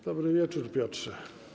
Dobry wieczór, Piotrze.